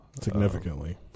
Significantly